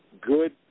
good